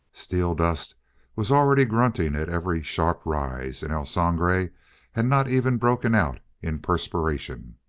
steeldust was already grunting at every sharp rise, and el sangre had not even broken out in perspiration.